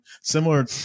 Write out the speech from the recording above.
Similar